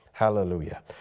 Hallelujah